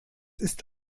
ist